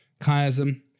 Chiasm